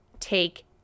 take